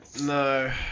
No